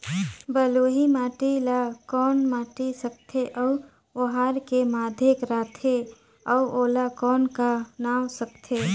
बलुही माटी ला कौन माटी सकथे अउ ओहार के माधेक राथे अउ ओला कौन का नाव सकथे?